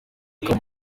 akaba